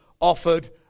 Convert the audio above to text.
offered